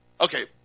Okay